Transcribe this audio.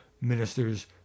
minister's